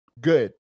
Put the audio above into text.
good